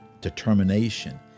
determination